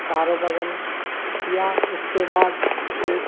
चारों बगल किया उसके बाद एक